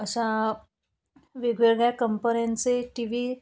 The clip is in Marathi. अशा वेगवेगळ्या कंपन्यांचे टी व्ही